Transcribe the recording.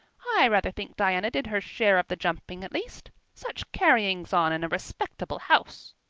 i rather think diana did her share of the jumping at least. such carryings on in a respectable house!